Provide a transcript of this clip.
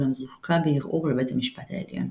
אולם זוכה בערעור לבית המשפט העליון.